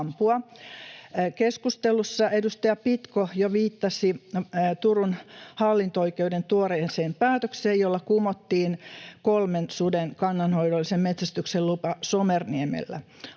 Keskustelussa edustaja Pitko jo viittasi Turun hallinto-oikeuden tuoreeseen päätökseen, jolla kumottiin kolmen suden kannanhoidollisen metsästyksen lupa Somerniemellä.